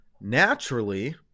naturally